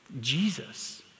Jesus